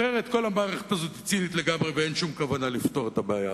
אחרת כל המערכת הזאת צינית לגמרי ואין שום כוונה לפתור את הבעיה,